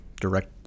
direct